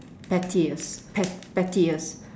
pettiest pet~ pettiest